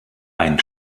ein